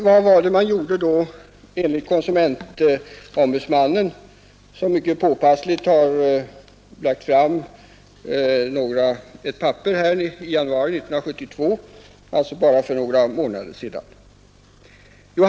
Vad man då gjorde har konsumentombudsmannen, som mycket påpassligt lagt fram ett papper om maltdrycksreklamen i januari 1972, alltså bara för några månader sedan, påvisat.